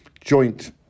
joint